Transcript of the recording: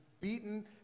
beaten